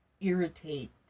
irritate